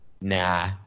Nah